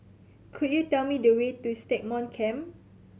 could you tell me the way to Stagmont Camp